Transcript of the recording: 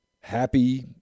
happy